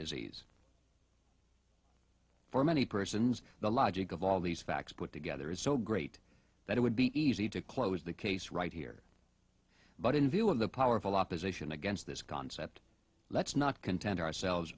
disease for many persons the logic of all these facts put together is so great that it would be easy to close the case right here but in view of the powerful opposition against this concept let's not content ourselves